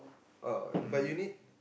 oh but you need